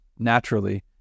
naturally